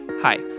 Hi